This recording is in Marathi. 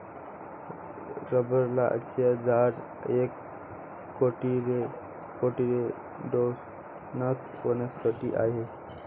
रबराचे झाड एक कोटिलेडोनस वनस्पती आहे